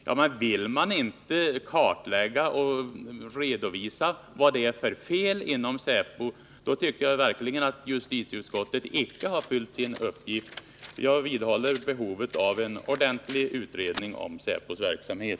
Vill justitieutskottet inte kartlägga och redovisa vad det är för fel inom säpo tycker jag verkligen att utskottet icke har fyllt sin uppgift. Jag vidhåller behovet av en ordentlig utredning om säpos verksamhet.